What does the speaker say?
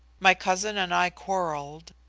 my cousin and i quarrelled.